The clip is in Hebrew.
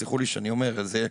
סלחו לי שאני אומר את זה,